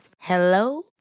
Hello